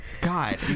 God